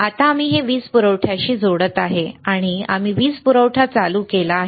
आता आम्ही हे वीज पुरवठ्याशी जोडत आहोत आणि आम्ही वीज पुरवठा चालू केला आहे